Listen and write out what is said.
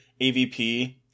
AVP